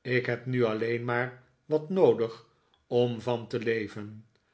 ik heb nu alleen maar wat noodig om van te leven